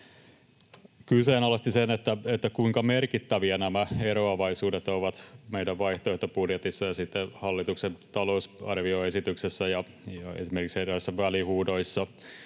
kyseenalaistivat sen, kuinka merkittäviä nämä eroavaisuudet ovat meidän vaihtoehtobudjetissa ja sitten hallituksen talousarvioesityksessä, ja esimerkiksi eräissä välihuudoissa